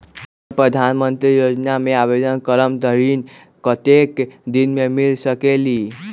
अगर प्रधानमंत्री योजना में आवेदन करम त ऋण कतेक दिन मे मिल सकेली?